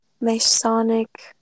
masonic